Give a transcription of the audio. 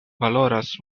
valoras